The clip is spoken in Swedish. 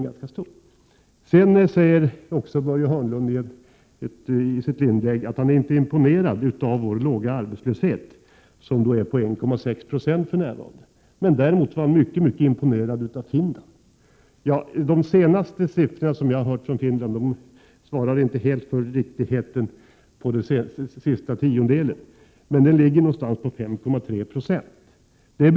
Börje Hörnlund säger också i sitt inlägg att han inte är imponerad av vår låga arbetslöshet, som är 1,6 70 för närvarande. Däremot är han mycket imponerad av Finland. Ja, de senaste arbetslöshetssiffrorna jag hört från Finland ligger någonstans på 5,3 70, fastän jag inte vågar ta ansvaret för den sista tiondelen.